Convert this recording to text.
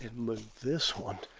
and move this one